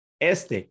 Este